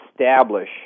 establish